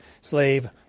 slave